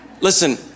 Listen